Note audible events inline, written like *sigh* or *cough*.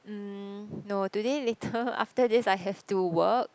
mm no today later *breath* after this I have to work